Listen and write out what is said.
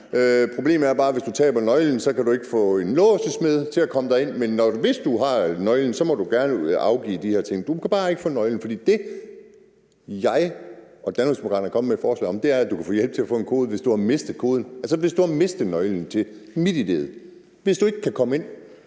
Problemet er bare, at hvis du taber nøglen, kan du ikke få en låsesmed og komme ind, men hvis du har nøglen, må du gerne afgive de her ting; du kan bare ikke få en nøgle. Det, jeg og Danmarksdemokraterne er kommet med et forslag om, er, at du kan få hjælp til at få en kode, hvis du har mistet koden, altså hvis du har mistet nøglen til MitID'et, og du ikke kan komme ind.